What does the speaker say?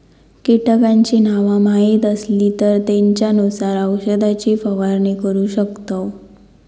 कीटकांची नावा माहीत असली तर त्येंच्यानुसार औषधाची फवारणी करू शकतव